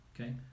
Okay